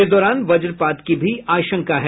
इस दौरान वज्रपात की भी आशंका है